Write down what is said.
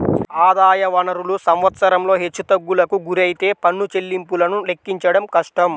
ఆదాయ వనరులు సంవత్సరంలో హెచ్చుతగ్గులకు గురైతే పన్ను చెల్లింపులను లెక్కించడం కష్టం